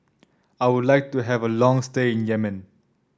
I would like to have a long stay in Yemen